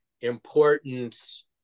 importance